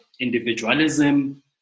individualism